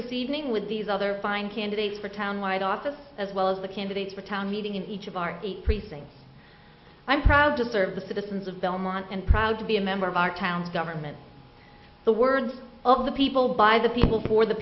this evening with these other fine candidates for town wide office as well as the candidates for town meeting in each of our eight precincts i'm proud to serve the citizens of belmont and proud to be a member of our town government the words of the people by the people for the